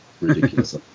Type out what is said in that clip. ridiculous